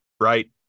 right